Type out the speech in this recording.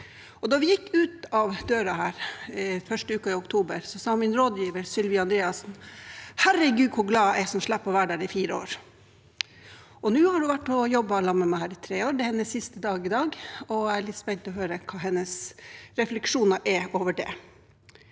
Da vi gikk ut av døra her første uka i oktober, sa min rådgiver, Sylvi Andreassen: Herregud, så glad jeg er som slipper å være der i fire år! Nå har hun vært her og jobbet i lag med meg i tre år – det er hennes siste dag i dag – og jeg er litt spent på å høre hva hennes refleksjoner over det